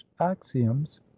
axioms